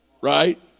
Right